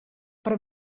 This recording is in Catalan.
per